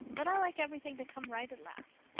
but i like everything to come right at last.